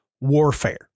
Warfare